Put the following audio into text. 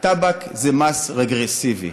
הטבק זה מס רגרסיבי.